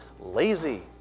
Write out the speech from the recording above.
lazy